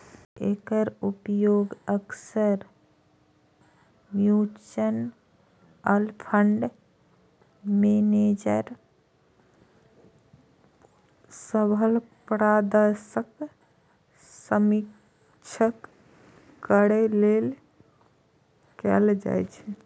एकर उपयोग अक्सर mutual fund manager सभक प्रदर्शनक समीक्षा करै लेल कैल जाइ छै